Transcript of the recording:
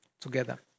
together